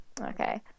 Okay